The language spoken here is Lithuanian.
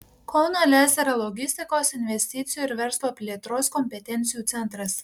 kauno lez yra logistikos investicijų ir verslo plėtros kompetencijų centras